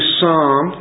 Psalm